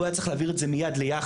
הוא היה צריך להעביר את זה מיד ליח"ס,